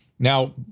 Now